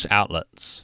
outlets